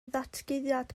ddatguddiad